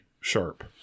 sharp